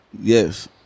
Yes